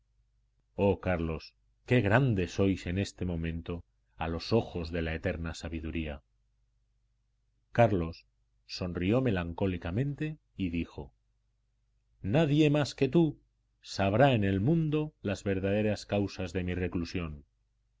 oh carlos qué grande sois en este momento a los ojos de la eterna sabiduría carlos sonrió melancólicamente y dijo nadie más que tú sabrá en el mundo las verdaderas causas de mi reclusión